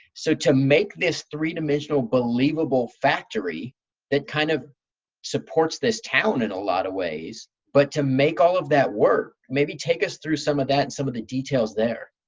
so to make this three-dimensional believable factory that kind of supports this talent in a lot of ways but to make all of that work, maybe take us through some of that and some of the details there.